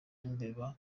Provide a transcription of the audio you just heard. imbeba